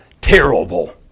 terrible